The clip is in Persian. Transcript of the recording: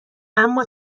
اما